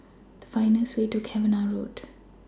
Find The fastest Way to Cavenagh Road